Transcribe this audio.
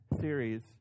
series